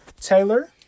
Taylor